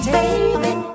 Baby